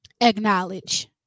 Acknowledge